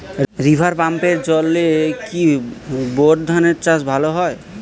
River পাম্পের জলে কি বোর ধানের চাষ ভালো হয়?